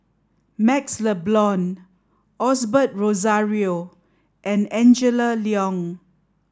MaxLe Blond Osbert Rozario and Angela Liong